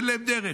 אין להם דרך.